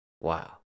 Wow